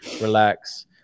relax